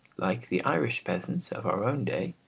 like the irish peasants of our own day,